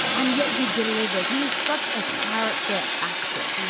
and yet he delivers. he is such a character actor,